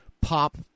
pop